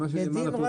זה טוב